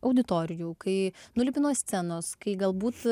auditorijų kai nulipi nuo scenos kai galbūt